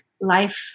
Life